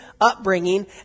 upbringing